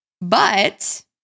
but-